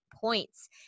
points